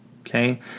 okay